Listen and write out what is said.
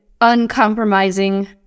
uncompromising